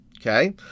okay